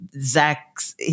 zach's